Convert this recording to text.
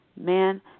man